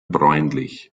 bräunlich